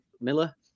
Miller